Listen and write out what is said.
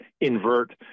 invert